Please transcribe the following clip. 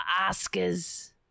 Oscars